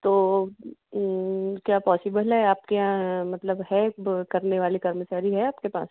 तो क्या पॉसिबल है आपके यहाँ मतलब है दो करने वाले कर्मचारी है आपके पास